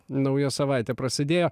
nauja savaitė prasidėjo